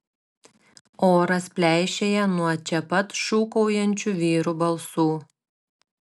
oras pleišėja nuo čia pat šūkaujančių vyrų balsų